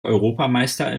europameister